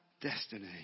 destiny